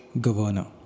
governor